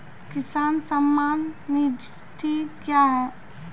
किसान सम्मान निधि क्या हैं?